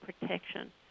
protection